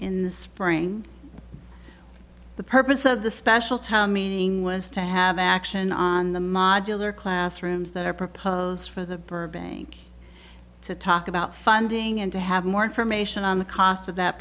in the spring the purpose of the special town meeting was to have action on the modular classrooms that are proposed for the burbank to talk about funding and to have more information on the costs of that